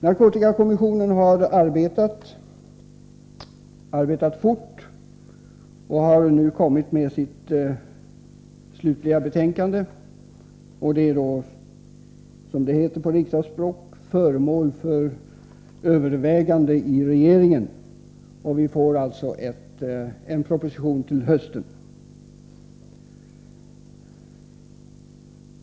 Narkotikakommissionen har arbetat fort och har nu kommit med sitt slutliga betänkande. Det är, som det heter på riksdagsspråk, föremål för övervägande inom regeringen. Det kommer alltså en proposition till hösten.